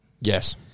Yes